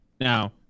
now